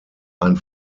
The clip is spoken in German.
ein